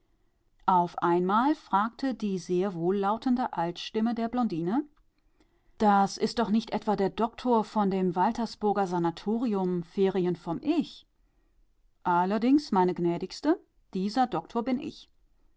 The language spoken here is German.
auf einmal fragte die sehr wohllautende altstimme der blondine das ist doch nicht etwa der doktor von dem waltersburger sanatorium ferien vom ich allerdings meine gnädigste dieser doktor bin ich